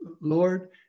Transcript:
Lord